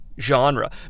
genre